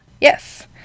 Yes